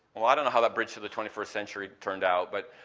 ah don't know how that bridge to the twenty first century turned out, but,